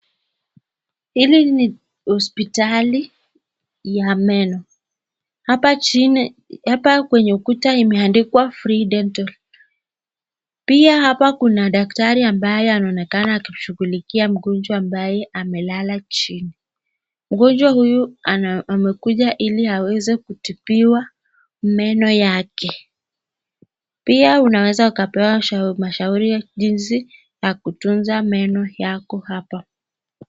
Hili ni hospitali ya meno, hapa kwenye ukuta imeandikwa free dental .Pia hapa kuna datari ambaye anaonekana akishughulikia mgonjwa ambaye amelala chini. Mgonjwa huyu amekuja ili aweze kutibiwa meno yake. Pia unaweza ukapewa mashauri ya jinsi ya kutunza meno yako hapa.